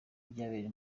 byabereye